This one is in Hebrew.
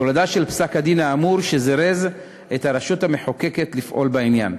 תולדה של פסק-הדין האמור שזירז את הרשות המחוקקת לפעול בעניין.